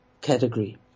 category